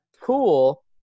Cool